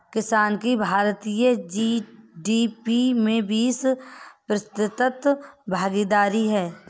किसान की भारतीय जी.डी.पी में बीस प्रतिशत भागीदारी है